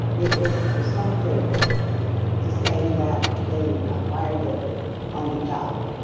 it is assumptive to say that they acquired that on the job.